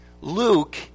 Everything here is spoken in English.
Luke